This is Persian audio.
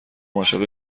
عاشق